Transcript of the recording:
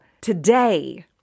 today